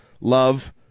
Love